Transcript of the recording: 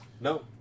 No